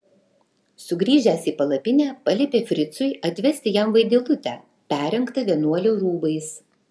sugrįžęs į palapinę paliepė fricui atvesti jam vaidilutę perrengtą vienuolio rūbais